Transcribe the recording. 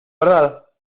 verdad